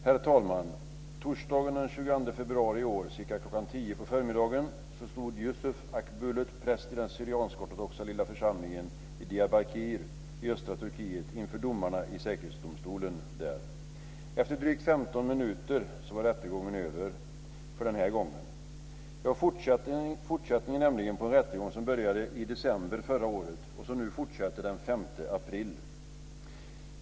Herr talman! Torsdagen den 22 februari i år, cirka klockan 10 på förmiddagen, stod Yusuf Akbulut, präst i den syriansk-ortodoxa lilla församlingen i Diyarbakir i östra Turkiet inför domarna i säkerhetsdomstolen. Efter drygt 15 minuter var rättegången över - för den här gången. Det var nämligen fortsättningen på en rättegång som började i december förra året och som nu fortsätter den 5 april.